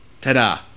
Ta-da